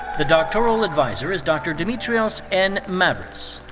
the doctoral adviser is dr. dimitrios n. mavris.